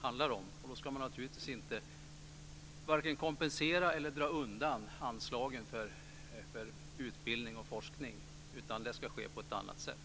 Man ska naturligtvis varken kompensera eller dra undan anslagen för utbildning och forskning. Det ska ske på ett annat sätt.